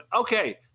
Okay